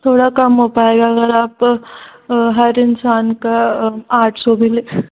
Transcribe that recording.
थोड़ा कम हो पाएगा अगर आप हर इंसान का आठ सौ भी लें